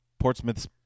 Portsmouth